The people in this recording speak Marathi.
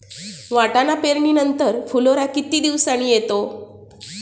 वाटाणा पेरणी नंतर फुलोरा किती दिवसांनी येतो?